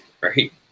Right